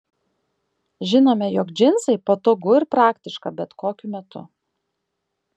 žinome jog džinsai patogu ir praktiška bet kokiu metu